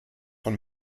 von